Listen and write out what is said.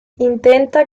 intenta